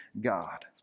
God